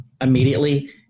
immediately